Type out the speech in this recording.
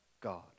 God